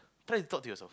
try talk to yourself